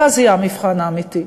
ואז יהיה המבחן האמיתי.